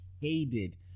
hated